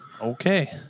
okay